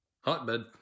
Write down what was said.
Hotbed